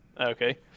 Okay